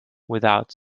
without